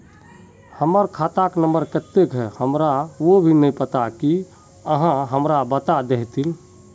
हमर खाता नम्बर केते है हमरा वो भी नहीं पता की आहाँ हमरा बता देतहिन?